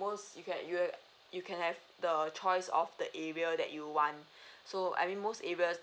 most you can you have you can have the choice of the area that you want so I mean most areas